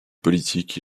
politique